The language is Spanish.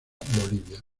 bolivia